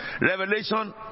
Revelation